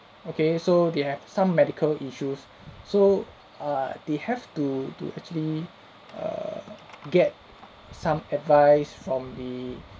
okay so they have some medical issues so err they have to to actually err get some advice from the